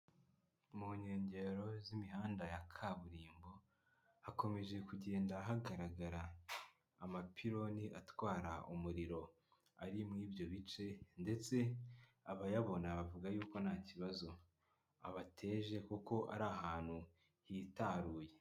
Mu nkengero z'imihanda ya kaburimbo, hakomeje kugenda hagaragara amapironi atwara umuriro ari muri ibyo bice ndetse abayabona bavuga yuko nta kibazo abateje, kuko ari ahantu hitaruye.